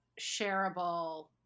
shareable